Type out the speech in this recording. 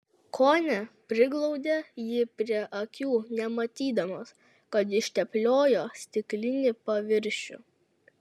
kone priglaudė jį prie akių nematydamas kad ištepliojo stiklinį paviršių